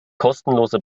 kostenlose